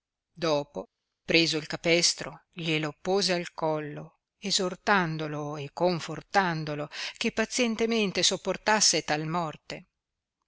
dopo preso il capestro glielo pose al collo esortandolo e confortandolo che pazientemente sopportasse tal morte